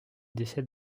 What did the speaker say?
décès